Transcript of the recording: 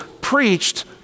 preached